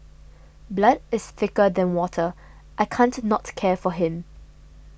blood is thicker than water I can't not care for him